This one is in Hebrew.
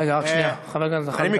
רגע, רק שנייה, חבר הכנסת